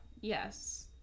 Yes